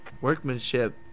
workmanship